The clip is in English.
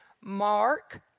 Mark